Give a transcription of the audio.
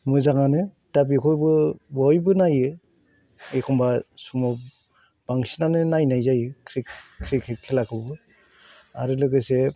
मोजांआनो दा बेखौबो बयबो नायो एखनबा समाव बांसिनानो नायनाय जायो क्रिकेट खेलाखौबो आरो लोगोसे